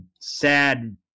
sad